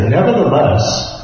Nevertheless